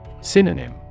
Synonym